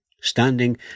standing